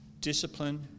discipline